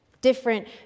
Different